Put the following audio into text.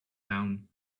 down